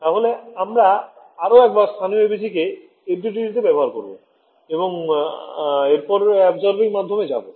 তাহলে আমরা আরও একবার স্থানীয় ABC কে FDTD তে ব্যবহার করবো এবং আমরা এরপর অ্যাবসরবিং মাধ্যম এ যাবো